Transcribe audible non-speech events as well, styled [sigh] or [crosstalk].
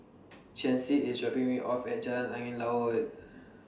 [noise] Chancey IS dropping Me off At Jalan Angin Laut